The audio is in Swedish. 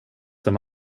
som